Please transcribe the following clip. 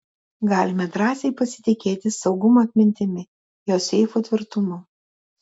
galime drąsiai pasitikėti saugumo atmintimi jo seifų tvirtumu